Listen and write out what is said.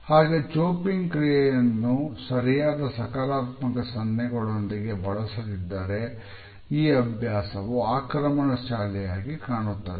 ಹಾಗೆ ಚೋಪ್ಪಿಂಗ್ ಕ್ರಿಯೆ ಅನ್ನು ಸರಿಯಾದ ಸಕಾರಾತ್ಮಕ ಸನ್ನೆಗಳೊಂದಿಗೆ ಬಳಸದಿದ್ದರೆ ಈ ಅಭ್ಯಾಸವು ಆಕ್ರಮಣಶಾಲಿ ಆಗಿ ಕಾಣುತ್ತದೆ